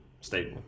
stable